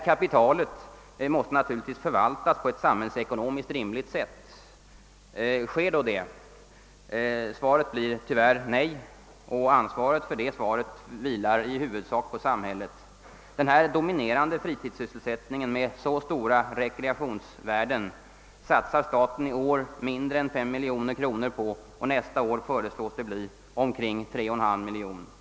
Kapitalet måste naturligtvis förvaltas på ett samhällsekonomiskt rimligt sätt. Sker då detta? Svaret blir tyvärr nej. Ansvaret åvilar i huvudsak samhället. På denna dominerande fritids sysselsättning med så stora rekreationsvärden satsar staten i år mindre än 5 miljoner kronor, och till nästa år föreslås omkring 3,5 miljoner kronor.